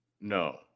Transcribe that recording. No